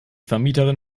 vermieterin